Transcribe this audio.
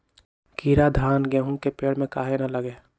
कीरा धान, गेहूं के पेड़ में काहे न लगे?